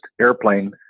airplane